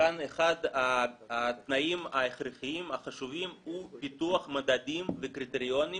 כאן אחד התנאים ההכרחיים החשובים הוא פיתוח מדדים וקריטריונים